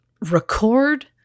record